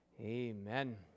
Amen